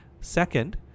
Second